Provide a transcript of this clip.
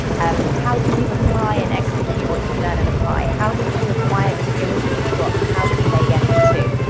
and how do you apply and execute what you learn and apply, how did you you acquire the skills that you've got and how can they get it too.